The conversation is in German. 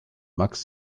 max